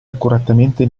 accuratamente